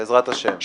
בעזרת השם.